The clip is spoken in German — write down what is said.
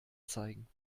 zeigen